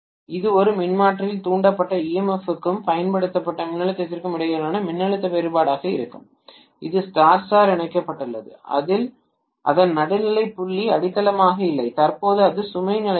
இது ஒரு மின்மாற்றியில் தூண்டப்பட்ட emf க்கும் பயன்படுத்தப்பட்ட மின்னழுத்தத்திற்கும் இடையிலான மின்னழுத்த வேறுபாடாக இருக்கும் இது ஸ்டார் ஸ்டார் இணைக்கப்பட்டுள்ளது அதன் நடுநிலை புள்ளி அடித்தளமாக இல்லை தற்போது அது சுமை நிலையில் இல்லை